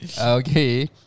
Okay